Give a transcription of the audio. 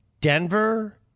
Denver